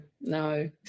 no